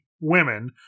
women